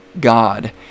God